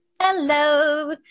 Hello